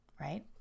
right